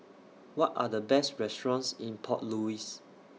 What Are The Best restaurants in Port Louis